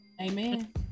Amen